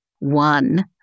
one